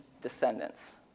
descendants